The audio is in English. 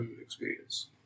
experience